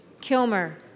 Kilmer